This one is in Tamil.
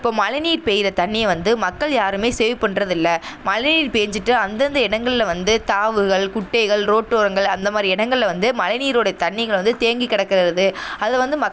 இப்போ மழை நீர் பெய்கிற தண்ணி வந்து மக்கள் யாருமே சேவ் பண்றதில்லை மழை பேஞ்சுட்டு அந்தந்த இடங்கள்ல வந்து தாவுகள் குட்டைகள் ரோட்டோரங்கள் அந்த மாதிரி இடங்கள்ல வந்து மழைநீரோடைய தண்ணிகள் வந்து தேங்கிக் கிடக்குறது அதில் வந்து